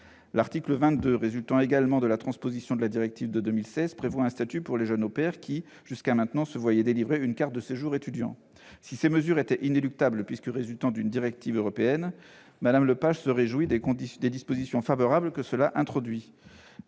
L'article 22 résultant également de la transposition de la directive de 2016 prévoit un statut pour les jeunes au pair, qui, jusqu'à maintenant, se voyaient délivrer une carte de séjour « étudiant ». Même si ces mesures étaient inéluctables, puisque résultant d'une directive européenne, Mme Lepage se réjouit des dispositions favorables qui ont été introduites.